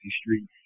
Street